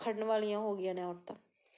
ਖੜ੍ਹਨ ਵਾਲੀਆਂ ਹੋ ਗਈਆਂ ਨੇ ਔਰਤਾਂ